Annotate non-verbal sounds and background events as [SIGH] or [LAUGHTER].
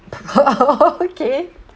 [LAUGHS] oh okay